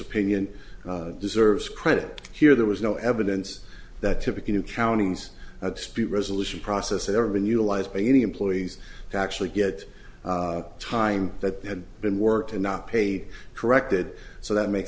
opinion deserves credit here there was no evidence that typical new counties dispute resolution process ever been utilized by any employees to actually get time that they had been worked and not pay corrected so that makes